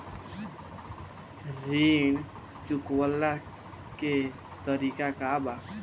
ऋण चुकव्ला के तरीका का बा?